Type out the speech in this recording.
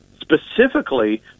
specifically